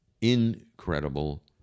incredible